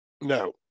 No